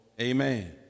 Amen